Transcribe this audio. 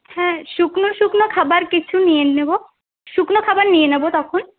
হ্যাঁ শুকনো শুকনো খাবার কিছু নিয়ে নেবো শুকনো খাবার নিয়ে নেবো তখন